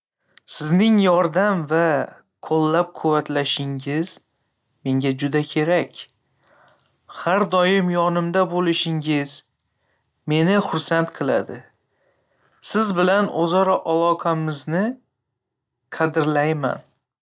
Sizning yordam va qo'llab-quvvatlashingiz menga juda kerak. Har doim yonimda bo'lishingiz meni xursand qiladi. Siz bilan o'zaro aloqamizni qadrlayman.